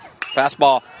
Fastball